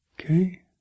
Okay